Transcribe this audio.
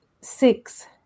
six